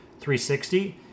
360